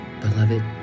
beloved